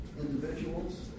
individuals